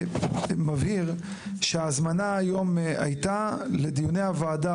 מבהיר שההזמנה היום הייתה לדיוני הועדה